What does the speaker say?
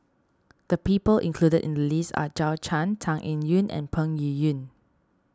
the people included in the list are Zhou Can Tan Eng Yoon and Peng Yuyun